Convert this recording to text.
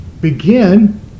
Begin